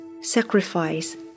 sacrifice